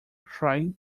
cried